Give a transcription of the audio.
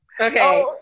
Okay